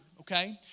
okay